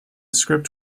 script